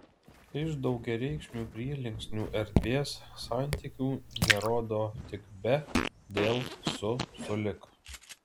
iš daugiareikšmių prielinksnių erdvės santykių nerodo tik be dėl su sulig